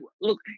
look